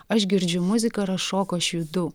aš girdžiu muziką ir aš šoku aš judu